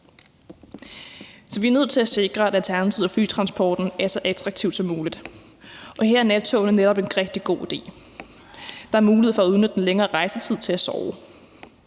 Så vi er nødt til at sikre, at alternativet til flytransporten er så attraktivt som muligt. Her er nattogene netop en rigtig god idé. Der er mulighed for at udnytte den længere rejsetid til at sove.